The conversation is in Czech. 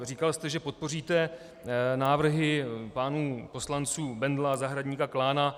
Říkal jste, že podpoříte návrhy pánů poslanců Bendla, Zahradníka, Klána.